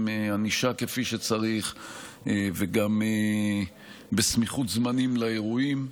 עם ענישה כפי שצריך וגם בסמיכות זמנים לאירועים.